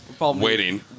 waiting